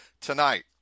tonight